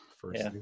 first